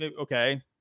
okay